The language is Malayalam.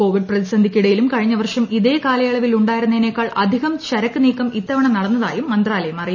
കോവിഡ് പ്രതിസന്ധിയ്ക്കിടയിലും കഴിഞ്ഞ വർഷം ഇതേ കാലയളവിൽ ഉണ്ടായിരുന്നതിനേക്കാൾ അധികം ചരക്കു നീക്കം ഇത്തവണ നടന്നതായും മന്ത്രാലയം അറിയിച്ചു